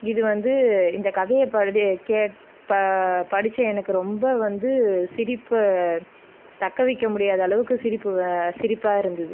இது வந்து இந்த கதையைப் பகுதி கேட்பா படித்த எனக்கு ரொம்ப வந்து சிரிப்பு தக்க வைக்க முடியாத அளவுக்கு சிரிப்பு சிரிப்பாக இருந்தது